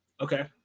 Okay